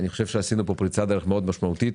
אני חושב שעשינו פה פריצת דרך מאוד משמעותית.